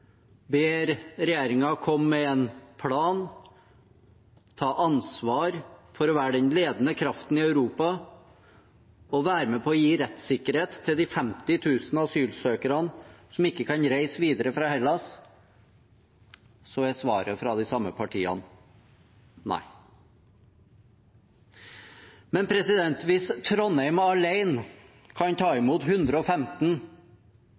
ber regjeringen komme med en plan, ta ansvar for å være den ledende kraften i Europa og være med på å gi rettssikkerhet til de 50 000 asylsøkerne som ikke kan reise videre fra Hellas, er svaret fra de samme partiene nei. Men hvis Trondheim alene kan ta